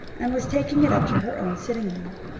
and was taking it up to her own sitting-room.